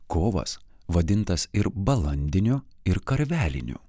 kovas vadintas ir balandiniu ir karveliniu